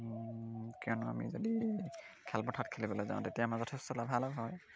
কিয়নো আমি যদি খেলপথাৰত খেলিবলৈ যাওঁ তেতিয়া আমাৰ যথেষ্ট লাভালাভ হয়